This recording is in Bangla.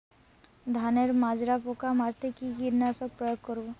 ধানের মাজরা পোকা মারতে কি কীটনাশক প্রয়োগ করব?